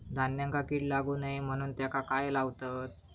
धान्यांका कीड लागू नये म्हणून त्याका काय लावतत?